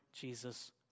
Jesus